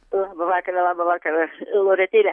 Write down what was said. labą vakarą labą vakarą loretėle